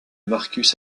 marcus